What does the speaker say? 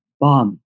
bomb